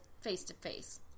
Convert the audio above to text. face-to-face